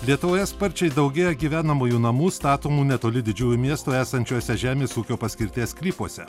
lietuvoje sparčiai daugėja gyvenamųjų namų statomų netoli didžiųjų miestų esančiuose žemės ūkio paskirties sklypuose